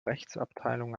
rechtsabteilung